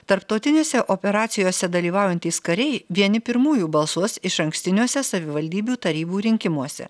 tarptautinėse operacijose dalyvaujantys kariai vieni pirmųjų balsuos išankstiniuose savivaldybių tarybų rinkimuose